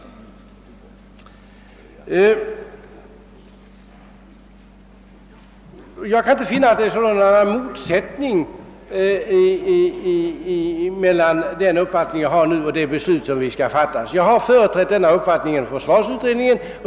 Jag kan sålunda inte finna att det finns någon motsättning mellan den uppfattning jag har och det beslut som skall fattas av riksdagen. Jag har företrätt denna uppfattning inom försvarsutredningen.